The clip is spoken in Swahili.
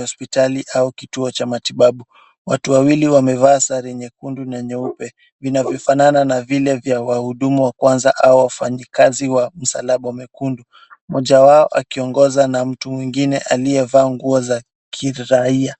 hospitali au kituo cha matibabu. Watu wawil wamevaa sare nyekundu na nyeupe, vinavyofanana na vile vya wahudumu wa kwanza ama wafanyikazi wa msalaba mwekundu, mmoja wao akiongoza na mtu mwingine aliyevaa nguo za kiraia.